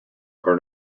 are